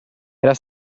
era